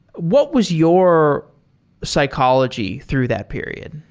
what was your psychology through that period?